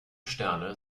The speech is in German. sterne